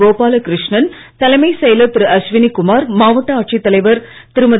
கோபால கிருஷ்ணன் தலைமைச் செயலர் திரு அஸ்வினி குமார் மாவட்ட ஆட்சித் தலைவர் திருமதி